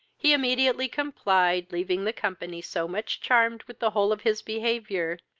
he immediately complied, leaving the company so much charmed with the whole of his behaviour,